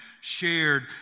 shared